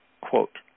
Quote